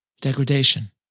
degradation